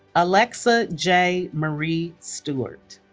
alexa j. marie stewart